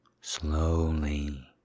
Slowly